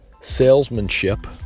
salesmanship